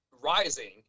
rising